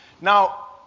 Now